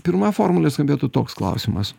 pirma formulė skambėtų toks klausimas